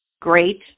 great